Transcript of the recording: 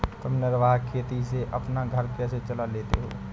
तुम निर्वाह खेती से अपना घर कैसे चला लेते हो?